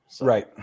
Right